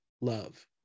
love